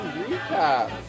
recap